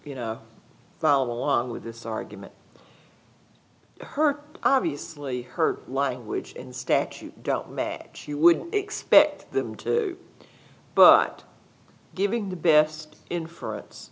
you know follow along with this argument her obviously her language and statute don't match you wouldn't expect them to but giving the best inference